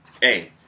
hey